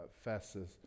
Festus